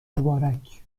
مبارک